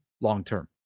long-term